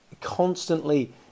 constantly